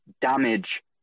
damage